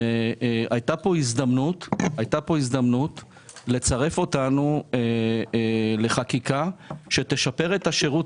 הייתה כאן הזדמנות לצרף אותנו לחקיקה שתשפר את השירות